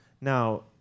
Now